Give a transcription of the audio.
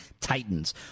Titans